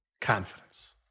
Confidence